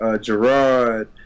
Gerard